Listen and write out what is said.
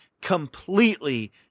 completely